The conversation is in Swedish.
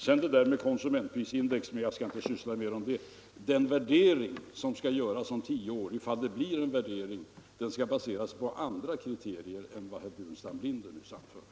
Jag skall inte gå närmare in på frågan om anknytningen till konsumentprisindex men vill ändå påpeka att värderingen om tio år — om nu en sådan kommer att göras — skall baseras på andra kriterier än vad herr Burenstam Linder nyss anförde.